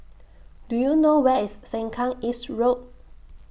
Do YOU know Where IS Sengkang East Road